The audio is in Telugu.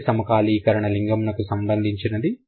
మొదటి సమకాలీకరణ లింగమునకు సంబంధించినది